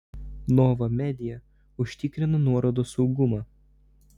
nova media užtikrina nuorodos saugumą